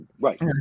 right